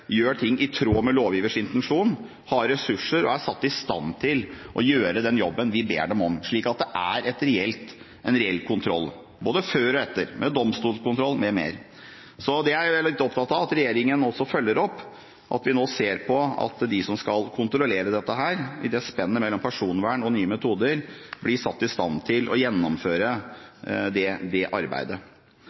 gjør ting i tråd med lovgivers intensjon, har ressurser og er i satt i stand til å gjøre den jobben vi ber dem om, slik at det er en reell kontroll – både før og etter – med domstolskontroll m.m. Så det er jeg litt opptatt av at regjeringen også følger opp, at vi nå ser på at de som skal kontrollere dette, i det spennet mellom personvern og nye metoder, blir satt i stand til å gjennomføre det arbeidet.